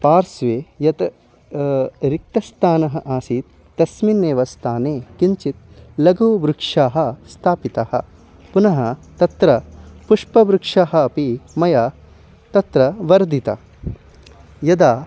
पार्श्वे यत् रिक्तस्थानम् आसीत् तस्मिन्नेव स्थाने किञ्चित् लघुवृक्षः स्थापितः पुनः तत्र पुष्पवृक्षः अपि मया तत्र वर्धितः यदा